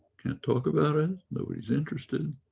can't talk about it. nobody's interested.